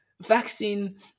vaccine